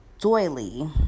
doily